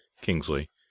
Kingsley